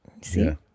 See